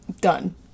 Done